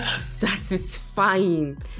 satisfying